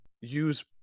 use